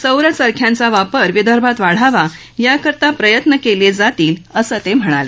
सौर चरख्यांचा वापर विदर्भात वाढावा याकरता प्रयत्न केले जातील असं ते म्हणाले